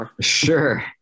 Sure